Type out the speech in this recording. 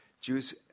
Jews